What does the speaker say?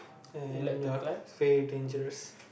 and uh very dangerous